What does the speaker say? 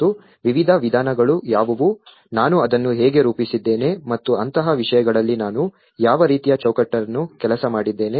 ಮತ್ತು ವಿವಿಧ ವಿಧಾನಗಳು ಯಾವುವು ನಾನು ಅದನ್ನು ಹೇಗೆ ರೂಪಿಸಿದ್ದೇನೆ ಮತ್ತು ಅಂತಹ ವಿಷಯಗಳಲ್ಲಿ ನಾನು ಯಾವ ರೀತಿಯ ಚೌಕಟ್ಟನ್ನು ಕೆಲಸ ಮಾಡಿದ್ದೇನೆ